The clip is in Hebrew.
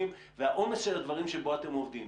ואת העומס של הדברים שבו אתם עובדים.